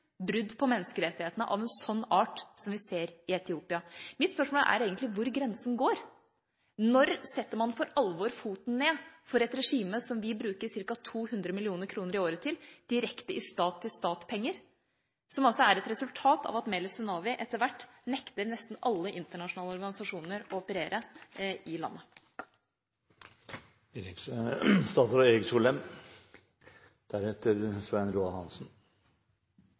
brudd på menneskerettighetene av en sånn art som vi ser i Etiopia. Mitt spørsmål er egentlig hvor grensen går. Når setter man for alvor foten ned for et regime som vi bruker ca. 200 mill. kr i året på – direkte stat-til-stat-penger – som altså er et resultat av at Meles Zenawi etter hvert nekter nesten alle internasjonale organisasjoner å operere i landet?